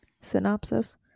synopsis